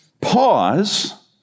pause